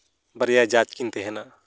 ᱵᱟᱨᱭᱟ ᱡᱟᱡ ᱠᱤᱱ ᱛᱮᱦᱮᱱᱟ